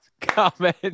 comment